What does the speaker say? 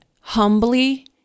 humbly